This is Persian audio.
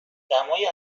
دمای